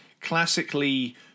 classically